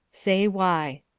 say why.